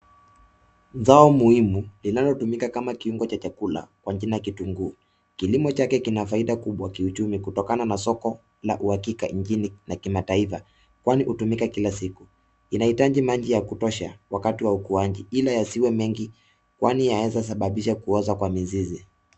Zao muhimu inalotumika kama kiungo cha chakula kwa jina kitunguu, kilimo chake kina faida kubwa kiuchumi kutokana na soko na uhakika nchini na kimataifa kwani hutumika kila siku. Inahitaji maji ya kutosha wakati wa ukuaji ili yasiwe mengi kwanyi yaweza sababisha kuoza kwa mizizi.